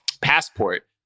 passport